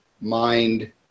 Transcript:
mind